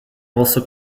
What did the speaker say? also